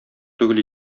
түгел